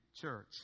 church